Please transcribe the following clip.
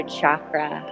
chakra